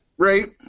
Right